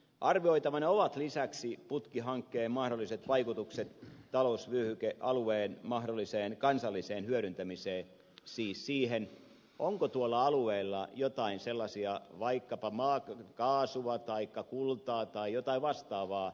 arvioitavana ovat lisäksi putkihankkeen mahdolliset vaikutukset talousvyöhykealueen mahdolliseen kansalliseen hyödyntämiseen siis siihen onko tuolla alueella jotain sellaista taloudellisesti hyödynnettävää vaikkapa maakaasua taikka kultaa tai jotain vastaavaa